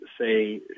say